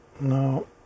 No